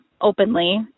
openly